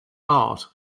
art